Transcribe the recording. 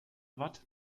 watt